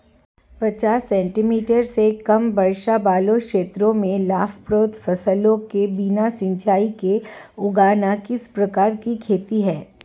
पचास सेंटीमीटर से कम वर्षा वाले क्षेत्रों में लाभप्रद फसलों को बिना सिंचाई के उगाना किस प्रकार की खेती है?